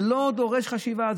זה לא דורש חשיבה?